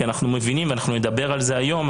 אנחנו מבינים ואנחנו נדבר על זה היום.